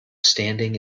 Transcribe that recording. standing